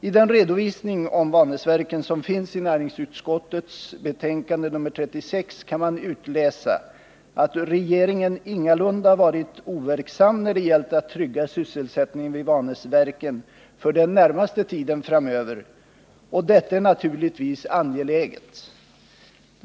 Av den redovisning om Vanäsverken som finns i näringsutskottets betänkande nr 36 kan man utläsa att regeringen ingalunda varit overksam när det gällt att trygga sysselsättningen vid Vanäsverken för den närmaste tiden framöver, och detta är naturligtvis angeläget.